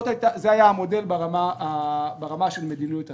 זה היה המודל ברמה של מדיניות השר.